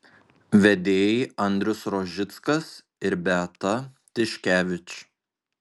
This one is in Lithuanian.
vedėjai andrius rožickas ir beata tiškevič